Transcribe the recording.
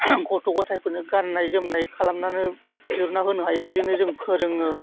गथ' गथायफोरनो गाननाय जोमनाय खालामनानै दिहुनना होनो हायो बेफोरजोंनो जों फोरोङो